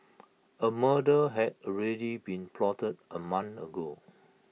A murder had already been plotted A month ago